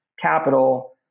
capital